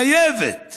חייבת